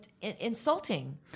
insulting